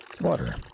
Water